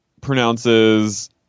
pronounces